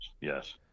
Yes